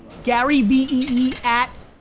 gary v e e at,